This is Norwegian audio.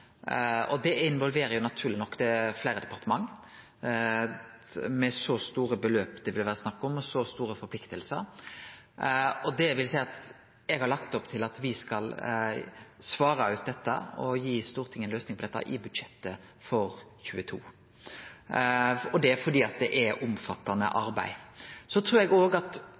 Med så store beløp og forpliktingar det vil vere snakk om her, involverer det naturleg nok fleire departement. Eg har lagt opp til at me skal svare ut dette og gi Stortinget ei løysing i budsjettet for 2022. Det er fordi det er eit omfattande arbeid. Med ein statleg garanti – som er tydeleg etterspurd i vedtaket – er det viktig for meg at